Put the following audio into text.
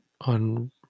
on